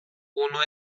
uno